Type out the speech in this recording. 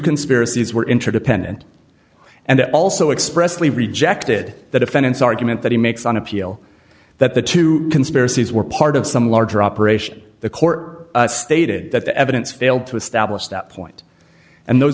conspiracies were interdependent and also expressly rejected the defendant's argument that he makes on appeal that the two conspiracies were part of some larger operation the court stated that the evidence failed to establish that point and those